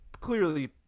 clearly